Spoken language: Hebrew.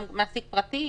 גם מעסיק פרטי